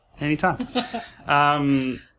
anytime